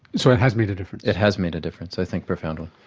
so it has made a difference? it has made a difference, i think profoundly.